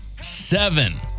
seven